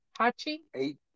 Hachi